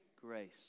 grace